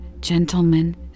gentlemen